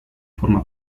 forma